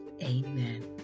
amen